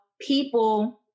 people